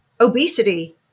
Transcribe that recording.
obesity